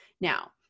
Now